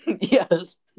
Yes